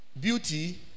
beauty